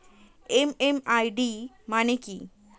MMID মানে কি?